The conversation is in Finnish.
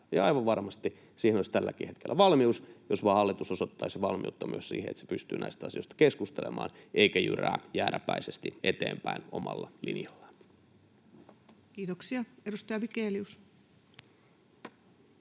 Aivan varmasti siihen olisi tälläkin hetkellä valmius, jos vain hallitus osoittaisi valmiutta myös siihen, että se pystyy näistä asioista keskustelemaan, eikä jyrää jääräpäisesti eteenpäin omalla linjallaan. [Speech 389] Speaker: